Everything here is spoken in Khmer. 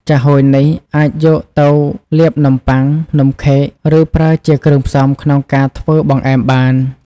ចាហួយនេះអាចយកទៅលាបនំប៉័ង នំខេក ឬប្រើជាគ្រឿងផ្សំក្នុងការធ្វើបង្អែមបាន។